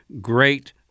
great